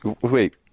wait